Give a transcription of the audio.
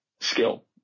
skill